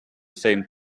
same